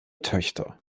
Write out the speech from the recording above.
töchter